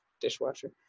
dishwasher